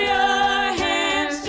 i